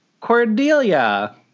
Cordelia